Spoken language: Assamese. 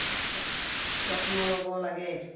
যত্ন ল'ব লাগে